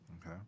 Okay